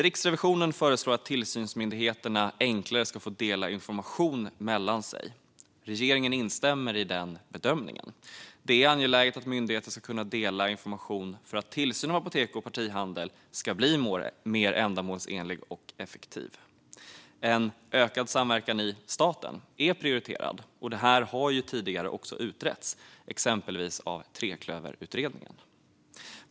Riksrevisionen föreslår att tillsynsmyndigheterna enklare ska få dela information mellan sig. Regeringen instämmer i den bedömningen. Det är angeläget att myndigheter ska kunna dela information för att tillsyn av apotek och partihandel ska bli mer ändamålsenlig och effektiv. En ökad samverkan i staten är prioriterad. Detta har också tidigare utretts, exempelvis av Treklöverutredningen.